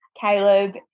Caleb